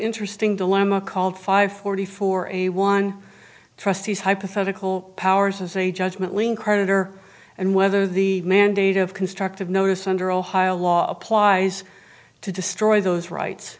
interesting dilemma called five forty four a one trustees hypothetical powers as a judgment lien creditor and whether the mandate of constructive notice under ohio law applies to destroy those rights